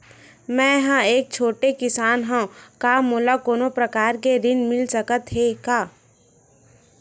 मै ह एक छोटे किसान हंव का मोला कोनो प्रकार के ऋण मिल सकत हे का?